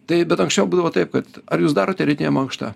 taip bet anksčiau būdavo taip kad ar jūs darote rytinę mankštą